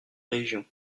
région